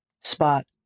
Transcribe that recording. spot